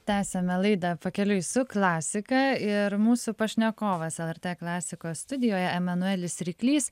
tęsiame laidą pakeliui su klasika ir mūsų pašnekovas lrt klasikos studijoje emanuelis ryklys